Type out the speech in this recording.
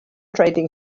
trading